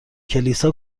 کلیسا